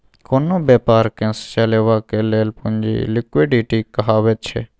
कोनो बेपारकेँ चलेबाक लेल पुंजी लिक्विडिटी कहाबैत छै